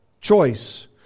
choice